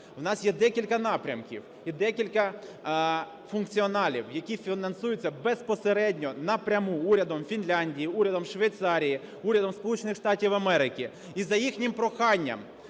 в нас є декілька напрямків і декілька функціоналів, які фінансуються безпосередньо напряму урядом Фінляндії, урядом Швейцарії, урядом Сполучених Штатів